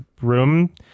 room